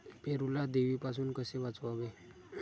पेरूला देवीपासून कसे वाचवावे?